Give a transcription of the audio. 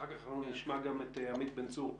ואחר כך אנחנו נשמע גם את עמית בן-צור מ"יסודות".